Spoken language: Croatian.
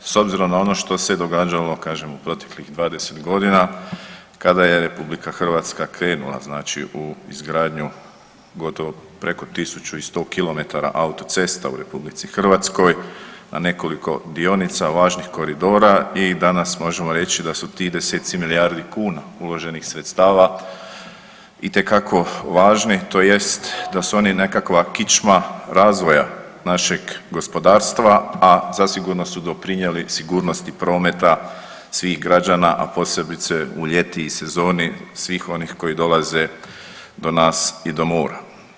S obzirom na ono što se događalo kažem u proteklih 20 godina kada je RH krenula u izgradnju gotovo preko 1100km autocesta u RH, na nekoliko dionica važnih koridora i danas možemo reći da su ti deseci milijardi kuna uloženih sredstava itekako važni tj. da su oni nekakva kičma razvoja našeg gospodarstva, a zasigurno su doprinijeli sigurnosti prometa svih građana, a posebice u ljeti i sezoni svih onih koji dolaze do nas i do mora.